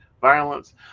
violence